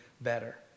better